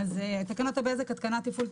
תקנות הבזק תקנת תפעול,